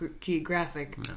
geographic